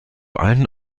allen